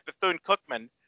Bethune-Cookman